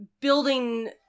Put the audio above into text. building